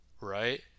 right